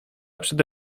przede